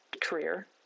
career